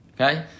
Okay